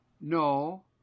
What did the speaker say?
No